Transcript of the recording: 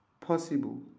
possible